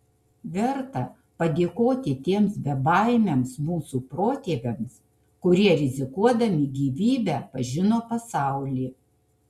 verta padėkoti tiems bebaimiams mūsų protėviams kurie rizikuodami gyvybe pažino pasaulį